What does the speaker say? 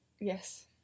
Yes